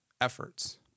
efforts